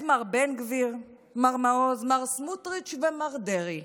את מר בן גביר, את מר מעוז, מר סמוטריץ' ומר דרעי.